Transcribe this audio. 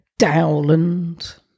Dowland